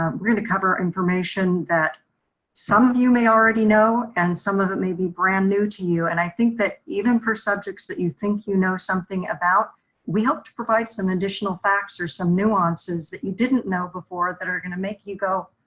um we're gonna cover information that some of you may already know and some of it may be brand new to you. and i think that even for subjects that you think you know something about we hope to provide some additional facts or some new answers that you didn't know before that are gonna make you go,